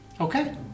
okay